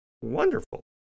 Wonderful